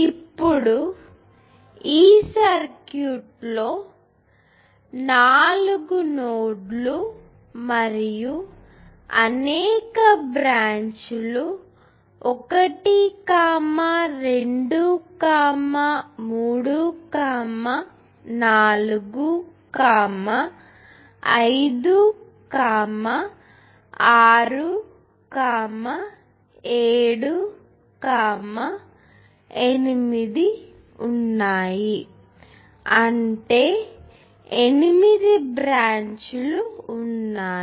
ఇప్పుడు ఈ సర్క్యూట్లో 4 నోడ్లు మరియు అనేక బ్రాంచ్ లు 1 2 3 4 5 6 7 8 ఉన్నాయి అంటే 8 బ్రాంచ్ లు ఉన్నాయి